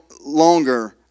longer